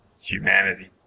humanity